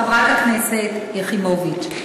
חברת הכנסת יחימוביץ,